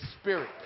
Spirit